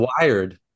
wired